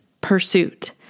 pursuit